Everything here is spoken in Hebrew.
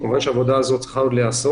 כמובן העבודה הזאת עוד צריכה להיעשות.